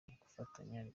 tugafatanya